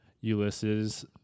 Ulysses